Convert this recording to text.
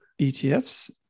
ETFs